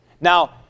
Now